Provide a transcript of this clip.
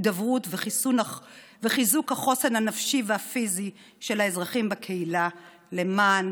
הידברות וחיזוק החוסן הנפשי והפיזי של האזרחים בקהילה למען